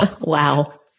Wow